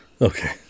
Okay